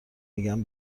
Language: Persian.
میگن